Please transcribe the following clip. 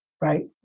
right